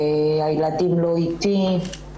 הילדים לא איתי.